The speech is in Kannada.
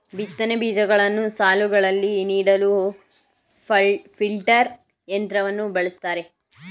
ಬಿತ್ತನೆ ಬೀಜಗಳನ್ನು ಸಾಲುಗಳಲ್ಲಿ ನೀಡಲು ಪ್ಲಾಂಟರ್ ಯಂತ್ರವನ್ನು ಬಳ್ಸತ್ತರೆ